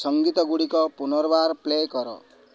ସଂଗୀତଗୁଡ଼ିକ ପୁନର୍ବାର ପ୍ଲେ କର